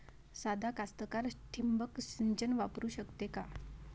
सादा कास्तकार ठिंबक सिंचन वापरू शकते का?